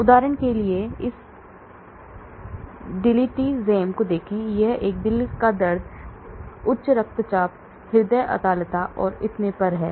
उदाहरण के लिए इस Diltiazem को देखें यह एक दिल का दर्द उच्च रक्तचाप हृदय अतालता और इतने पर है